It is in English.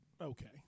Okay